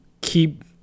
keep